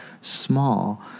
small